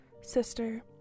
sister